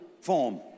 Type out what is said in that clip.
form